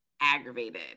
aggravated